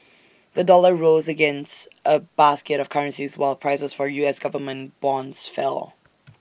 the dollar rose against A basket of currencies while prices for U S Government bonds fell